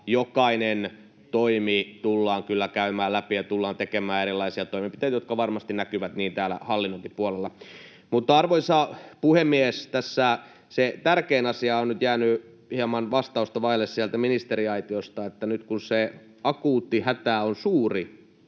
jokainen toimi tullaan kyllä käymään läpi ja tullaan tekemään erilaisia toimenpiteitä, jotka varmasti näkyvät hallinnonkin puolella. Mutta, arvoisa puhemies, tässä se tärkein asia on nyt jäänyt hieman vaille vastausta sieltä ministeriaitiosta. Nyt kun se akuutti hätä on suuri